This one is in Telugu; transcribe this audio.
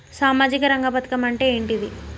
సామాజిక రంగ పథకం అంటే ఏంటిది?